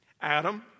Adam